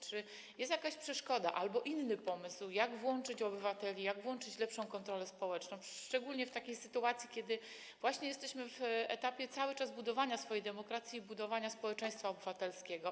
Czy jest jakaś przeszkoda albo inny pomysł, jak włączyć obywateli, jak włączyć lepszą kontrolę społeczną, szczególnie w takiej sytuacji, kiedy jesteśmy cały czas na etapie budowania swojej demokracji i budowania społeczeństwa obywatelskiego?